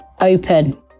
open